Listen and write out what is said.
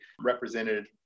represented